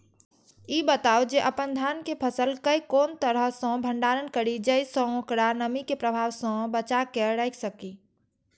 ई बताऊ जे अपन धान के फसल केय कोन तरह सं भंडारण करि जेय सं ओकरा नमी के प्रभाव सं बचा कय राखि सकी?